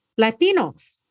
Latinos